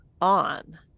on